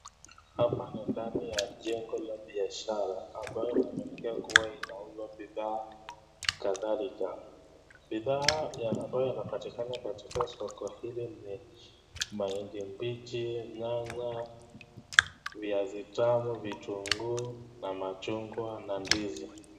Hapa ni ndani ya jengo la biashara ambayo inaaminika kuwa inauza bidhaa kadhalika. Bidhaa ya ambayo inapatikana katika soko hili ni mahindi mabichi, nyanya, viazi tamu, vitunguu na machungwa na ndizi.